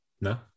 No